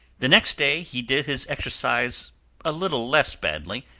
the next day he did his exercise a little less badly,